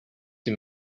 him